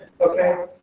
Okay